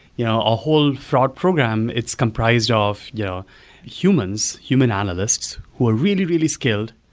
you know a whole fraud program, it's comprised ah of you know humans, human analysts who are really really skilled,